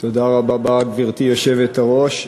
גברתי היושבת-ראש,